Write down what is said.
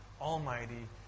Almighty